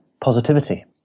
positivity